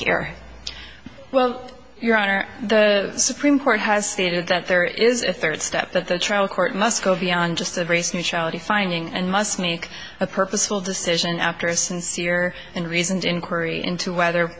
here well your honor the supreme court has stated that there is a third step that the trial court must go beyond just of race neutrality finding and must make a purposeful decision after a sincere and reasoned inquiry into whether